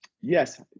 Yes